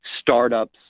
startups